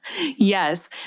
Yes